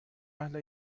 اهل